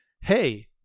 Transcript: Hey